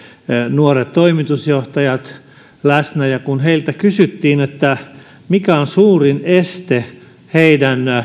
nuoret toimitusjohtajat läsnä ja kun heiltä kysyttiin mikä on suurin este heidän